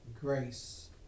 Grace